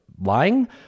lying